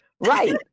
right